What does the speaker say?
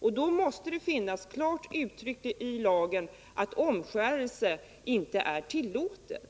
Därför måste det stå klart uttryckt i lagen att omskärelse inte är tillåten.